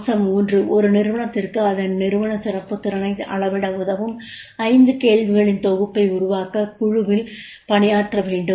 அம்சம் 3 ஒரு நிறுவனத்திற்கு அதன் நிறுவன சிறப்புத் திறனை அளவிட உதவும் 5 கேள்விகளின் தொகுப்பை உருவாக்க குழுவில் பணியாற்றவேண்டும்